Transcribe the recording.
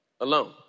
alone